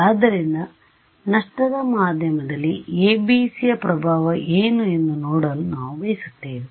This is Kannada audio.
ಆದ್ದರಿಂದ ನಷ್ಟದ ಮಾಧ್ಯಮದಲ್ಲಿ ABCಯ ಪ್ರಭಾವ ಏನು ಎಂದು ನೋಡಲು ನಾವು ಬಯಸುತ್ತೇವೆ